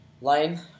Lane